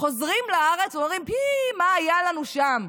חוזרים לארץ ואומרים: פי, מה היה לנו שם.